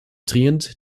trient